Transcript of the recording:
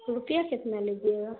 روپیہ کتنا لیجیے گا